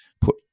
put